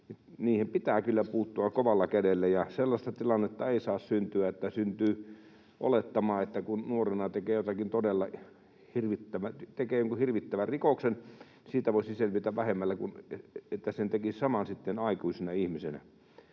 pitää kyllä puuttua kovalla kädellä. Sellaista tilannetta ei saa syntyä, että syntyy olettama, että kun nuorena tekee jonkun todella hirvittävän rikoksen, siitä voisi selvitä vähemmällä kuin jos tekisi saman aikuisena ihmisenä.